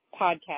podcast